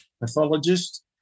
pathologist